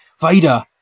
Vader